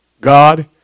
God